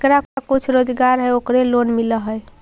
जेकरा कुछ रोजगार है ओकरे लोन मिल है?